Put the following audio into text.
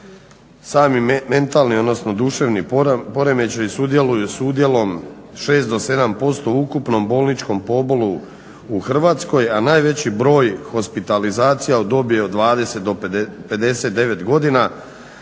Sami mentalni odnosno duševni poremećaj sudjeluju s udjelom 6 do 7% u ukupnom bolničkom pobolu u Hrvatskoj, a najveći broj hospitalizacija u dobi od 20 do 59 godina